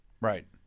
Right